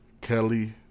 Kelly